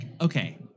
okay